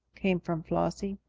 came from flossie.